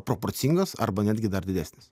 proporcingas arba netgi dar didesnis